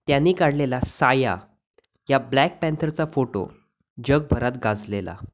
त्यांनी काढलेला साया या ब्लॅक पँथरचा फोटो जगभरात गाजलेला